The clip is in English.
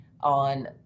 on